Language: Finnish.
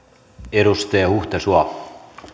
edustaja huhtasuo